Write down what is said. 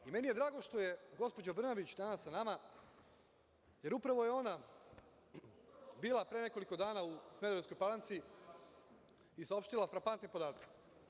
Meni je drago što je gospođa Brnabić danas sa nama, jer upravo je ona bila pre nekoliko dana u Smederevskoj Palanci i saopštila frapantne podatke.